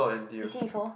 you see before